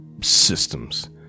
systems